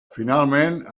finalment